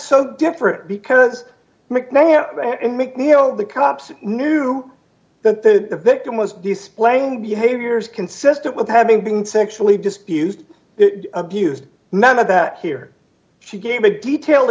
so different because mcnair and mcneill the cops knew that the victim was displaying behaviors consistent with having been sexually just be used abused none of that here she gave a detailed